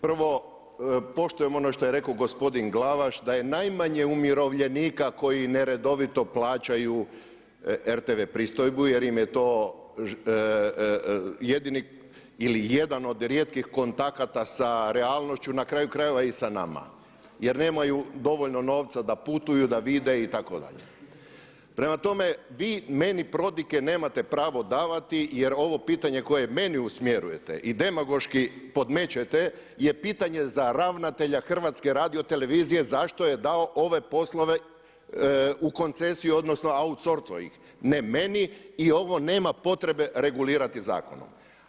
Prvo, poštujem ono što je rekao gospodin Glavaš, da je najmanje umirovljenika koji neredovito plaćaju RTV pristojbu jer im je to ili jedan od rijetkih kontakata sa realnošću na kraju krajeva i sa nama jer nemaju dovoljno novca da putuju, da vide itd., prema tome vi meni prodike nemate pravo davati jer ovo pitanje koje meni usmjerujete i demagoški podmećete je pitanje za ravnatelja HRT zašto je dao ove poslove u koncesiju odnosno u outsourcing, ne meni i ovo nema potrebe regulirati zakonom.